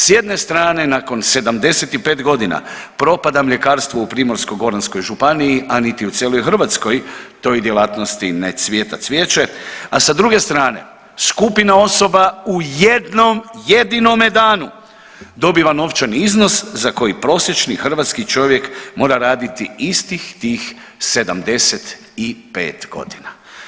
S jedne strane nakon 75 godina propada mljekarstvo u Primorsko-goranskoj županiji, a niti u cijeloj Hrvatskoj toj djelatnosti ne cvijeta cvijeće, a sa druge strane skupina osoba u jednom jedinome danu dobiva novčani iznos za koji prosječni hrvatski čovjek mora raditi istih tih 75 godina.